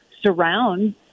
surrounds